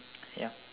ya